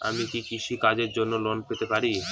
আমি কি কৃষি কাজের জন্য লোন পেতে পারি?